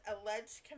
alleged